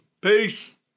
Peace